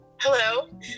Hello